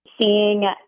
seeing